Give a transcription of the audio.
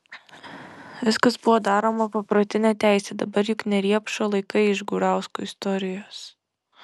viskas buvo daroma paprotine teise dabar juk ne riepšo laikai iš gurauskų istorijos